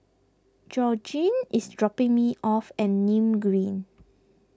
Georgene is dropping me off at Nim Green